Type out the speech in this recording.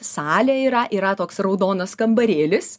salė yra yra toks raudonas kambarėlis